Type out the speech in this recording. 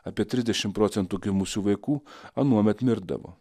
apie trisdešim procentų gimusių vaikų anuomet mirdavo